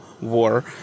war